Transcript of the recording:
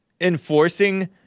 enforcing